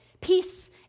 Peace